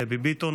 דבי ביטון,